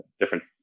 different